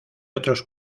otros